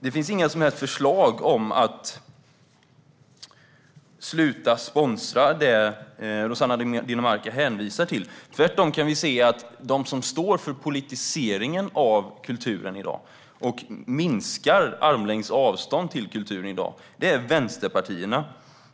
Det finns inga som helst förslag om att sluta sponsra det som Rossana Dinamarca hänvisar till. Tvärtom kan vi se att de som står för politiseringen av kulturen i dag och som minskar detta armlängds avstånd till kulturen är vänsterpartierna.